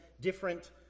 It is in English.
different